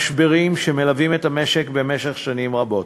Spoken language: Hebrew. משברים שמלווים את המשק במשך שנים רבות.